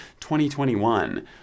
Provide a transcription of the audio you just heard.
2021